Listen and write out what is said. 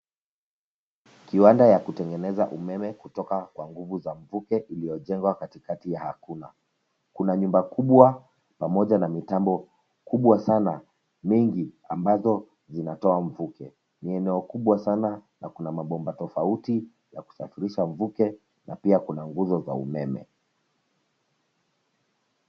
Kiwanda ya kutengeneza umeme kutoka kwa nguvu za mvuke iliojengwa kati kati ya hakuna. Kuna nyumba kubwa pamoja na mitambo kubwa sana mengi ambazo zinatoa mvuke. Nie eneo kubwa sana na kuna mabomba tofauti ya kusafirisha mvuke na pia kuna nguzo za umeme.